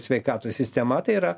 sveikatos sistema tai yra